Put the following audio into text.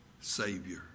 Savior